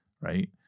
right